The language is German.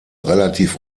relativ